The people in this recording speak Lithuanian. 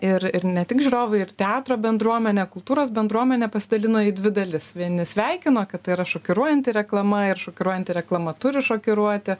ir ir ne tik žiūrovai ir teatro bendruomenė kultūros bendruomenė pasidalino į dvi dalis vieni sveikino kad tai yra šokiruojanti reklama ir šokiruojanti reklama turi šokiruoti